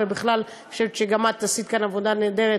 אני חושב שגם את עשית כאן עבודה נהדרת,